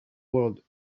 world